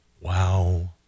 wow